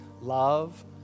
love